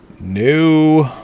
New